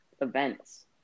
events